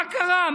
מה קרה?